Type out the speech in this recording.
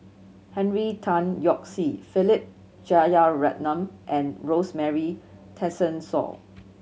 Henry Tan Yoke See Philip Jeyaretnam and Rosemary Tessensohn